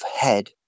head